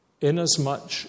Inasmuch